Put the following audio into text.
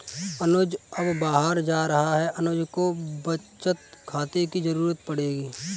अनुज अब बाहर जा रहा है अनुज को बचत खाते की जरूरत पड़ेगी